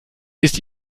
ist